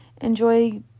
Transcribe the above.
enjoy